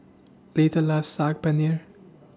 Lita loves Saag Paneer